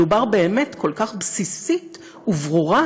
מדובר באמת כל כך בסיסית וברורה